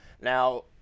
Now